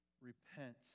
repent